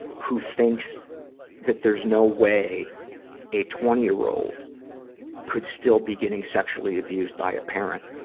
who thinks that there's no way a twenty year old could still be getting sexually abused by a parent,